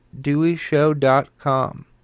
deweyshow.com